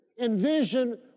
Envision